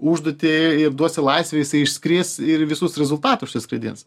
užduotį ir duosi laisvę jisai išskris ir visus rezultatus išskraidins